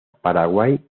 paraguay